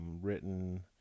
written